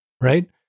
Right